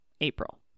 April